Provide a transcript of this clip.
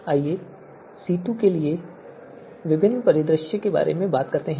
आइए C2 के लिए विभिन्न परिदृश्यों के बारे में बात करते हैं